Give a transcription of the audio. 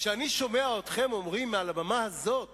כשאני שומע אתכם אומרים מעל הבמה הזאת